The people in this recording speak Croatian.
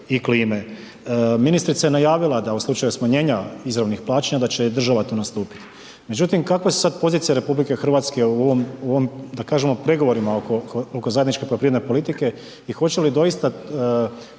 i klime. Ministrica je najavila da u slučaju smanjenja izravnih plaćanja da će država tu nastupiti. Međutim, kakve su sad posljedice RH u ovom, da kažemo pregovorima oko zajedničke poljoprivredne politike i hoće li doista